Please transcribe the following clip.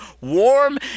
warm